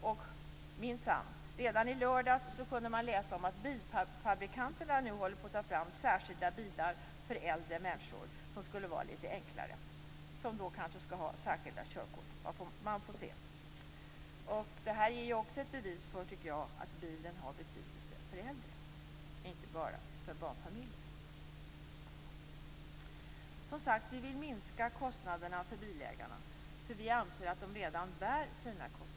Och minsann - redan i lördags kunde man läsa om att bilfabrikanterna nu håller på att ta fram särskilda bilar, som skulle vara litet enklare, för äldre människor. Det kanske också blir särskilda körkort - man får se. Detta är också ett bevis för att bilen har betydelse för äldre, och inte bara för barnfamiljer. Vi moderater vill alltså minska kostnaderna för bilägarna eftersom vi anser att de redan bär sina kostnader.